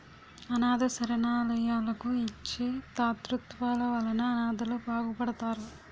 అనాధ శరణాలయాలకు ఇచ్చే తాతృత్వాల వలన అనాధలు బాగుపడతారు